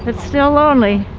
and still lonely.